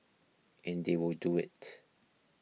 and they will do it